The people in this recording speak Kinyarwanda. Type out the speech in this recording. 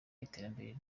iterambere